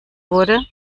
wurde